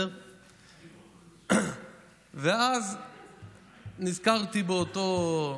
ואז נזכרתי באותו,